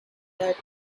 that